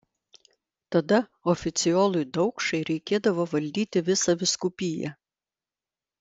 tada oficiolui daukšai reikėdavo valdyti visą vyskupiją